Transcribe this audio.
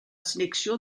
selecció